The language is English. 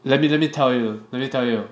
let me let me tell you let me tell you